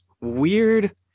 weird